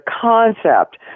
concept